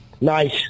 Nice